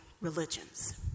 religions